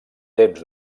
temps